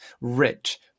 rich